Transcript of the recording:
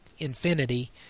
infinity